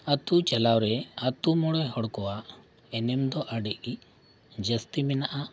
ᱟᱛᱳ ᱪᱟᱞᱟᱣ ᱨᱮ ᱟᱛᱳ ᱢᱚᱬᱮ ᱦᱚᱲ ᱠᱚᱣᱟᱜ ᱮᱱᱮᱢ ᱫᱚ ᱟᱹᱰᱤ ᱜᱮ ᱡᱟᱹᱥᱛᱤ ᱢᱮᱱᱟᱜᱼᱟ